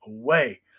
away